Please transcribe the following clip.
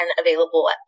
available